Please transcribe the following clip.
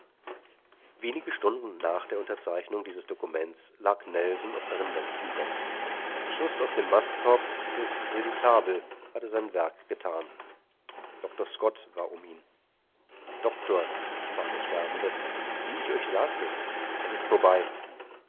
wenige stunden nach der unterzeichnung dieses dokuments lag nelson auf seinem letzten bett ein schuß aus dem mastkorb des redoutable hatte sein werk getan dr scott war um ihn doktor sprach der sterbende wie ich euch sagte es ist vorbei